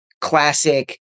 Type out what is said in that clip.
classic